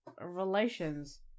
relations